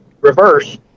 reverse